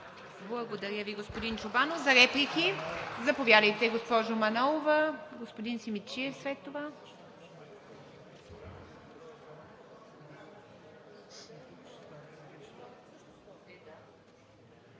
Благодаря Ви, господин Чобанов. За реплики – заповядайте, госпожо Манолова. Господин Симидчиев след това.